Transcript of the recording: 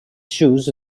shoes